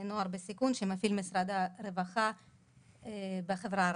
נוער בסיכון שמפעיל משרד הרווחה בחברה הערבית.